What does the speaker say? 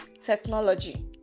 technology